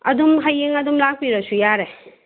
ꯑꯗꯨꯝ ꯍꯌꯦꯡ ꯑꯗꯨꯝ ꯂꯥꯛꯄꯤꯔꯁꯨ ꯌꯥꯔꯦ